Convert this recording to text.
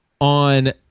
on